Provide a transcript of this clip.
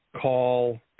call